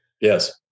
Yes